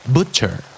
Butcher